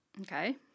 Okay